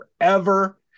forever